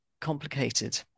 complicated